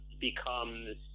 becomes